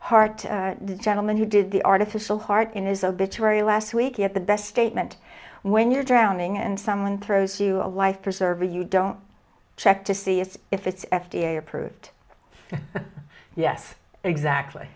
heart the gentleman who did the artificial heart in his obituary last week at the best statement when you're drowning and someone throws you a life preserver you don't check to see if if it's f d a approved yes exactly